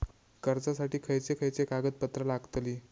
कर्जासाठी खयचे खयचे कागदपत्रा लागतली?